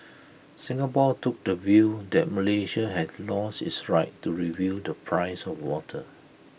Singapore took the view that Malaysia had lost its right to review the price of water